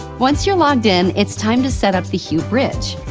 once you're logged in, it's time to set up the hue bridge.